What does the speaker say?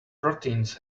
proteins